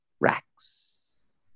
racks